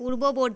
পূর্ববর্তী